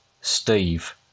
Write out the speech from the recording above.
steve